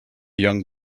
young